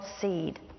seed